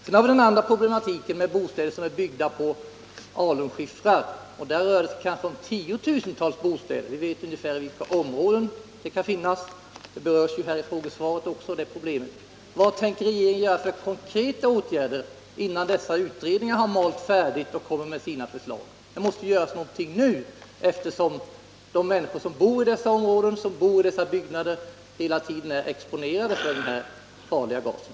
Sedan har vi problemen med bostäder som är byggda på alunskiffer. Där rör det sig kanske om tiotusentals bostäder. Vi vet ungefär i vilka områden de kan finnas — det problemet berörs också i frågesvaret. Vad tänker regeringen vidta för konkreta åtgärder innan utredningarna har malt färdigt och kommer med sina förslag? Det måste ju göras någonting nu, eftersom de människor som bor i dessa byggnader hela tiden är exponerade för den farliga gasen.